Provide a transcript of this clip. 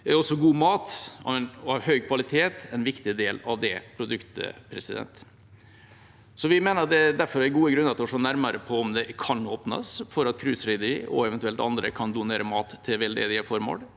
er også god mat av høy kvalitet en viktig del av det produktet. Vi mener derfor det er gode grunner til å se nærmere på om det kan åpnes for at cruiserederiene og eventuelt andre kan donere mat til veldedige formål.